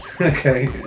Okay